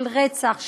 של רצח,